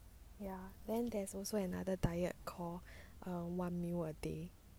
ya then there's also another diet call err one meal a day